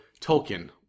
Tolkien